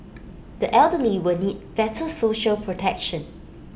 the elderly will need better social protection